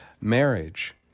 marriage